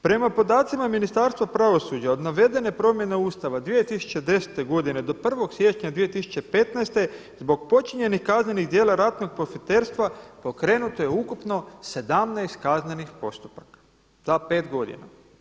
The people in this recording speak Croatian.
Prema podacima Ministarstva pravosuđa od navedene promjene Ustava 2010. godine do 1. siječnja 2015. zbog počinjenih kaznenih djela ratnog profiterstva pokrenuto je ukupno 17 kaznenih postupaka za 5 godina.